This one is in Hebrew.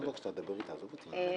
כן.